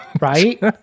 Right